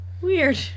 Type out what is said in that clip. Weird